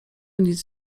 nic